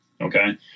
okay